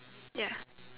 ya